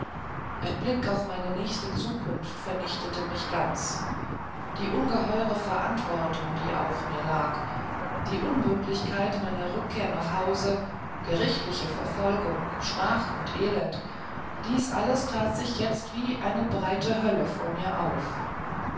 ein blick auf meine nächste zukunft vernichtete mich ganz die ungeheure verantwortung die auf mir lag die unmöglichkeit meiner rückkehr nach hause gerichtliche verfolgung schmach und elend dies alles tat sich jetzt wie eine breite hölle vor mir auf